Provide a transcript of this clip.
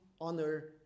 honor